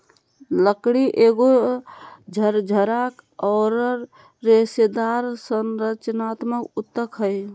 लकड़ी एगो झरझरा औरर रेशेदार संरचनात्मक ऊतक हइ